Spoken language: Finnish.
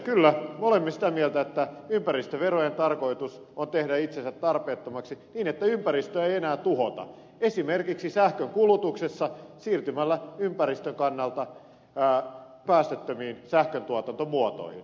kyllä me olemme sitä mieltä että ympäristöverojen tarkoitus on tehdä itsensä tarpeettomiksi niin että ympäristöä ei enää tuhota esimerkiksi sähkönkulutuksessa siirtymällä ympäristön kannalta päästöttömiin sähköntuotantomuotoihin